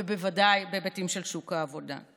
ובוודאי בהיבטים של שוק העבודה.